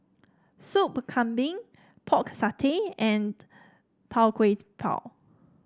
Soup Kambing Pork Satay and Tau Kwa Pau